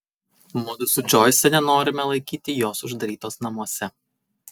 mudu su džoise nenorime laikyti jos uždarytos namuose